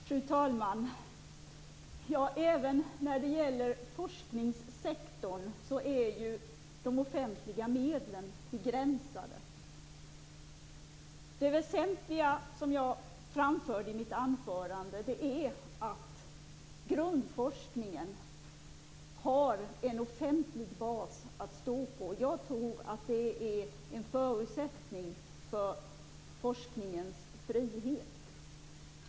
Fru talman! Även när det gäller forskningssektorn är ju de offentliga medlen begränsade. Det väsentliga är, såsom jag framförde i mitt anförande, att grundforskningen har en offentlig bas att stå på. Jag tror att det är en förutsättning för forskningens frihet.